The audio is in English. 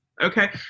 okay